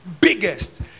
Biggest